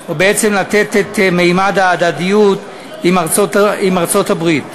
או בעצם לתת את ממד ההדדיות עם ארצות-הברית.